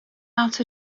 out